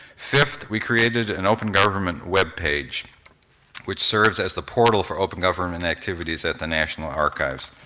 fifth, we created an open government webpage which serves as the portal for open government activities at the national archives.